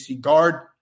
guard